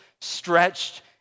stretched